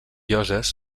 lloses